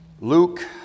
Luke